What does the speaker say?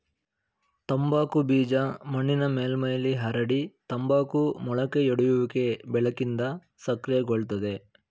ತಂಬಾಕು ಬೀಜ ಮಣ್ಣಿನ ಮೇಲ್ಮೈಲಿ ಹರಡಿ ತಂಬಾಕು ಮೊಳಕೆಯೊಡೆಯುವಿಕೆ ಬೆಳಕಿಂದ ಸಕ್ರಿಯಗೊಳ್ತದೆ